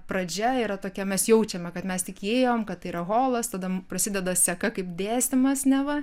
pradžia yra tokia mes jaučiame kad mes tik įėjom kad tai yra holas tada prasideda seka kaip dėstymas neva